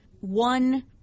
One